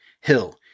Hill